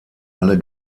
alle